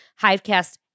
Hivecast